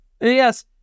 Yes